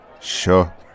Sure